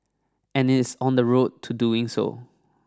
and it is on the road to doing so